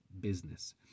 business